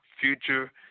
future